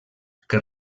que